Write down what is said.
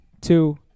two